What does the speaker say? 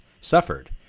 suffered